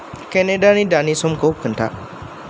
केनेडानि दानि समखौ खोन्था